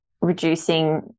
reducing